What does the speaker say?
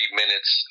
minutes